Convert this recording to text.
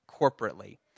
corporately